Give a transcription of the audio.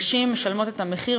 נשים משלמות את המחיר,